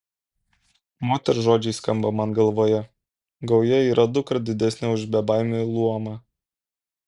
moters žodžiai skamba man galvoje gauja yra dukart didesnė už bebaimių luomą